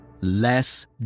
Less